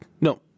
no